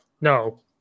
no